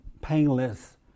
painless